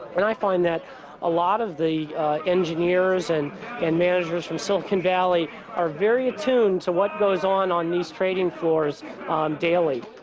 and i find that a lot of the engineers and and managers from silicon valley are very attuned to what goes on on these trading floors daily.